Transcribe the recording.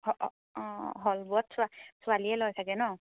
অঁ হল হলবোৰত ছোৱালীয়ে লয় চাগে ন